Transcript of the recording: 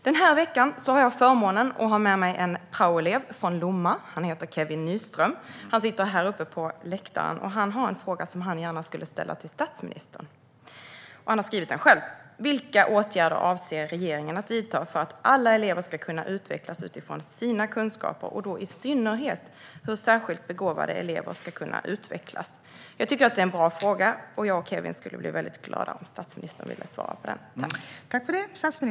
Den här veckan har jag förmånen att ha med mig en praoelev från Lomma. Han heter Kevin Nyström, och han sitter här uppe på läktaren. Han har en fråga som han gärna skulle vilja ställa till statsministern. Han har skrivit den själv: Vilka åtgärder avser regeringen att vidta för att alla elever ska kunna utvecklas utifrån sina kunskaper, och det gäller i synnerhet hur särskilt begåvade elever ska kunna utvecklas? Jag tycker att det är en bra fråga, och jag och Kevin skulle bli väldigt glada om statsministern ville svara på den.